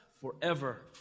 forever